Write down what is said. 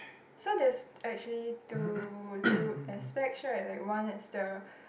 so that's actually two two aspects right like one is the